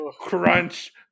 crunch